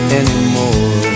anymore